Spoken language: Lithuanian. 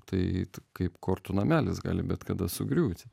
tai kaip kortų namelis gali bet kada sugriūti